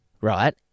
right